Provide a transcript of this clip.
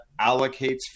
allocates